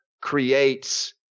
creates